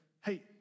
hey